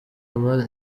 aba